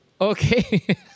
Okay